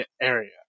area